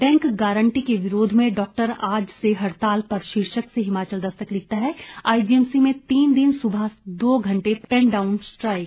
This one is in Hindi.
बैंक गारंटी के विरोध में डॉक्टर आज से हड़ताल पर शीर्षक से हिमाचल दस्तक लिखता है आईजीएमसी में तीन दिन सुबह दो घंटे पेन डाउन स्ट्राइक